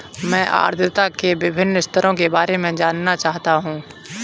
मैं आर्द्रता के विभिन्न स्तरों के बारे में जानना चाहता हूं